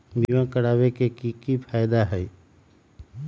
बीमा करबाबे के कि कि फायदा हई?